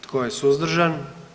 Tko je suzdržan?